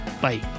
Bye